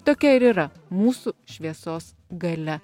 tokia ir yra mūsų šviesos galia